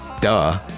Duh